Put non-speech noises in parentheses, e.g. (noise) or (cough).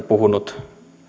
(unintelligible) puhunut